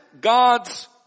God's